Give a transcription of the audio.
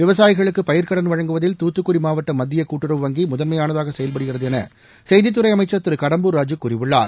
விவசாயிகளுக்கு பயிர்க்கடன் வழங்குவதில் தூத்துக்குடி மாவட்ட மத்திய கூட்டுறவு வங்கி முதன்மையானதாக செயல்படுகிறது என செய்தித்துறை அமைச்சர் திரு கடம்பூர் ராஜூ கூறியுள்ளார்